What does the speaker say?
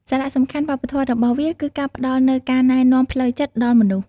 សារៈសំខាន់វប្បធម៌របស់វាគឺការផ្តល់នូវការណែនាំផ្លូវចិត្តដល់មនុស្ស។